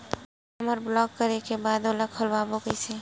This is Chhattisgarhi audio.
हमर ब्लॉक करे के बाद ओला खोलवाबो कइसे?